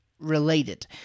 related